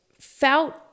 felt